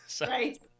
Right